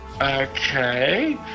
Okay